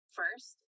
first